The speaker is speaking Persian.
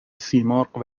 سیمرغ